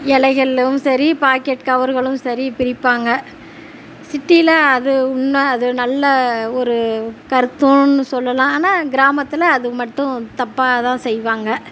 இலைகள்ளும் சரி பாக்கெட் கவர்களும் சரி பிரிப்பாங்க சிட்டியில அது உண்மை அது நல்ல ஒரு கருத்துன்னு சொல்லலாம் ஆனால் கிராமத்தில் அது மட்டும் தப்பாக தான் செய்வாங்க